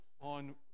on